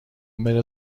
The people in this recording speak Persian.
بره